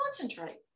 concentrate